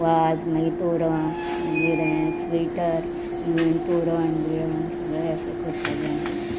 वाज मागीर तोरण मागीर स्विटर तोरण बिळण सगळें अशें करतालें आमी नदल